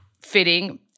fitting